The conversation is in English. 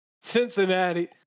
Cincinnati